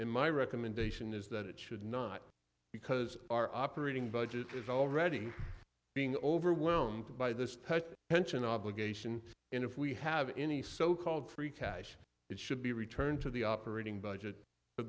in my recommendation is that it should not because our operating budget is already being overwhelmed by this pension obligation and if we have any so called free cash it should be returned to the operating budget